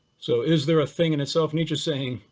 so is there a thing in itself? nietzsche's saying,